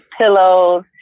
pillows